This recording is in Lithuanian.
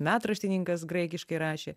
metraštininkas graikiškai rašė